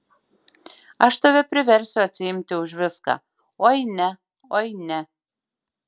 aš tave priversiu atsiimti už viską oi ne oi ne